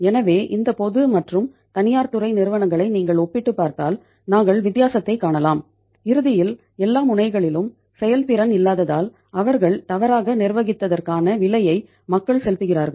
எனவே இந்த பொது மற்றும் தனியார் துறை நிறுவனங்களை நீங்கள் ஒப்பிட்டுப் பார்த்தால் நாங்கள் வித்தியாசத்தைக் காணலாம் இறுதியில் எல்லா முனைகளிலும் செயல்திறன் இல்லாததால் அவர்கள் தவறாக நிர்வகித்ததற்கான விலையை மக்கள் செலுத்துகிறார்கள்